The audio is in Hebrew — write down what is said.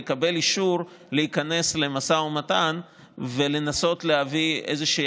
לקבל אישור להיכנס למשא ומתן ולנסות להביא איזושהי